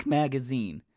magazine